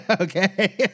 okay